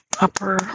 upper